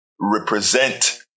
represent